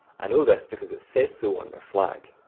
i know that because it says so on their flag.